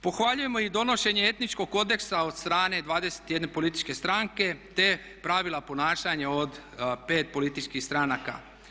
Pohvaljujemo i donošenje etničkog kodeksa od strane 21 političke stranke te pravila ponašanja od 5 političkih stranaka.